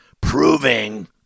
proving